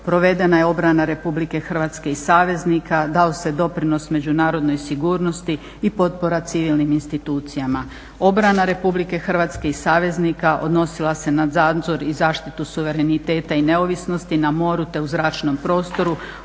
provedena je obrana RH i saveznika, dao se doprinos međunarodnoj sigurnosti i potpora civilnim institucijama. Obrana RH i saveznika odnosila se na nadzor i zaštitu suvereniteta i neovisnosti na moru te u zračnom prostoru,